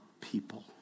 people